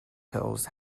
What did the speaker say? pills